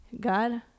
God